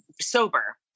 sober